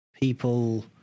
people